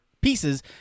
pieces